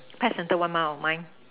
patterned one mile my